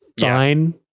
fine